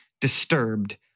disturbed